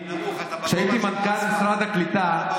כשהייתי מנכ"ל משרד הקליטה,